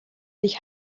sich